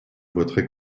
voterai